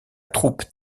troupe